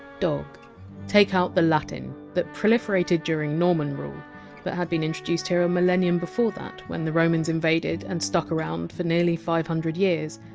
dog. death take out the latin, that proliferated during norman rule but had been introduced here a millennium before that, when the romans invaded and stuck around for nearly five hundred years,